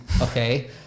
okay